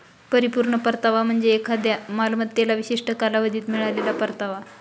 परिपूर्ण परतावा म्हणजे एखाद्या मालमत्तेला विशिष्ट कालावधीत मिळालेला परतावा